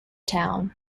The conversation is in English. town